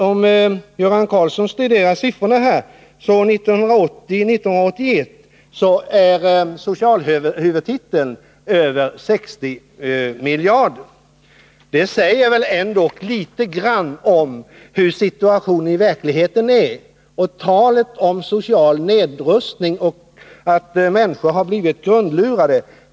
Om Göran Karlsson studerar siffrorna för socialhuvudtiteln kan han konstatera att den 1980/81 upptog ett belopp på över 60 miljarder. Detta säger väl ändå litet om hur situationen verkligen är. Jag tycker att Göran Karlsson skulle hålla sig för god för att tala om social nedrustning och om att människor har blivit grundlurade.